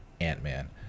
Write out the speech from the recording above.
Ant-Man